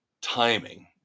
timing